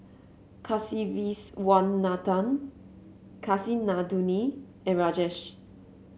Kasiviswanathan Kasinadhuni and Rajesh